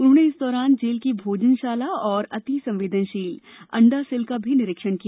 उन्होंने इस दौरान जेल की भोजन शाला और अतिसंवेदनशील अंडा सेल का भी निरीक्षण किया